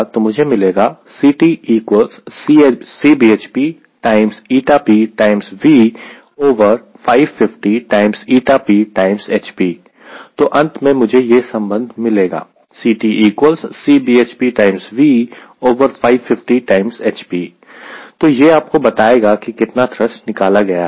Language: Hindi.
तो मुझे मिलेगा तो अंत में मुझे यह संबंध मिलेगा तो यह आपको बताएगा कि कितना थ्रस्ट निकाला गया है